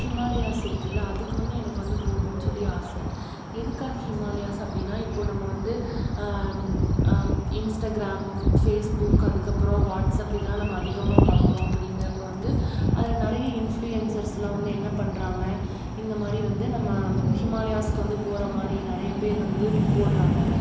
Himalayas இருக்குதுல்ல அதுக்கு வந்து எனக்கு வந்து போகணுன்னு சொல்லி ஆசை எதுக்காக ஹிமாலயாஸ் அப்டின்னா இப்போ நம்ம வந்து இன்ஸ்டாகிராம் ஃபேஸ்புக் அதுக்கப்புறோம் வாட்ஸ்அப் இதெல்லாம் நம்ம அதிகமாக பார்க்குறோம் அப்படிங்கிறப்ப வந்து அதில் நிறைய இன்ஃபுளூயன்சர்ஸ்லாக வந்து என்ன பண்ணுறாங்க இந்த மாதிரி வந்து நம்ம ஹிமாலயாஸ்க்கு வந்து போகிற மாதிரி நிறைய பேர் வந்து போடுறாங்க